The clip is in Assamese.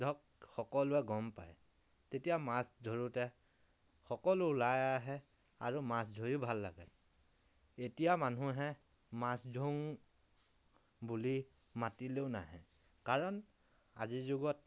ধৰক সকলোৱে গম পায় তেতিয়া মাছ ধৰোঁতে সকলো ওলাই আহে আৰু মাছ ধৰিও ভাল লাগে এতিয়া মানুহে মাছ ধৰোঁ বুলি মাতিলেও নাহে কাৰণ আজিৰ যুগত